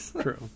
True